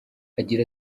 agira